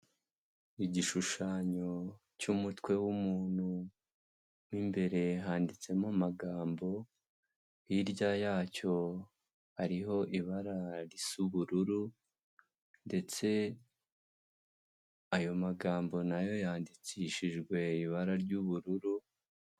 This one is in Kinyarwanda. Igishushanyo cy'umutwe w'umuntu mo imbere handitsemo amagambo, hirya yacyo hariho ibara risa ubururu ndetse ayo magambo na yo yandikishijwe ibara ry'ubururu.